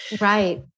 Right